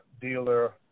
dealer